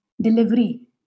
delivery